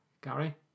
Gary